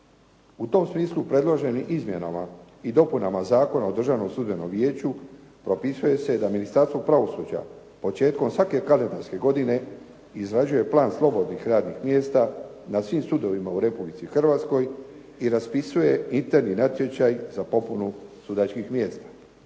U tom smislu predloženim Izmjenama i dopunama Zakona o državnom sudbenom vijeću propisuje se da Ministarstvo pravosuđa početkom svake kalendarske godine izrađuje plan slobodnih radnih mjesta na svim sudovima u Republici Hrvatskoj i raspisuje interni natječaj za popunu sudačkih mjesta.